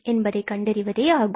என்பதை கண்டறிவதே ஆகும்